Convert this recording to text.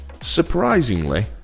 surprisingly